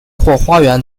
花园